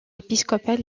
épiscopal